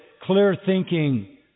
clear-thinking